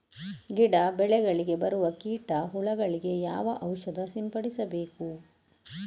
ಗಿಡ, ಬೆಳೆಗಳಿಗೆ ಬರುವ ಕೀಟ, ಹುಳಗಳಿಗೆ ಯಾವ ಔಷಧ ಸಿಂಪಡಿಸಬೇಕು?